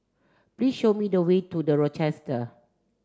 please show me the way to the Rochester